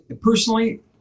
Personally